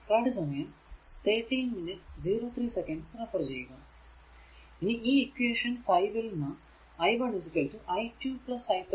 ഇനി ഈ ഇക്വേഷൻ 5 ൽ നാം i1 i2 i3